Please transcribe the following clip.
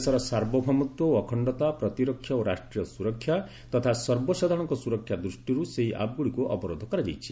ଦେଶର ସାର୍ବଭୌମତ୍ୱ ଓ ଅଖଣ୍ଡତା ପ୍ରତିରକ୍ଷା ଓ ରାଷ୍ଟ୍ରୀୟ ସ୍ୱରକ୍ଷା ତଥା ସର୍ବସାଧାରଣଙ୍କ ସୁରକ୍ଷା ଦୃଷ୍ଟିରୁ ସେହି ଆପ୍ଗୁଡ଼ିକୁ ଅବରୋଧ କରାଯାଇଛି